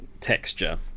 texture